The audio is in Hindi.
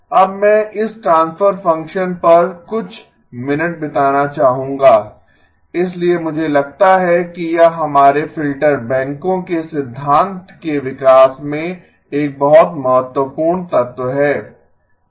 अब मैं इस ट्रांसफर फंक्शन पर कुछ मिनट बिताना चाहूंगा इसलिए मुझे लगता है कि यह हमारे फिल्टर बैंकों के सिद्धांत के विकास में एक बहुत महत्वपूर्ण तत्व है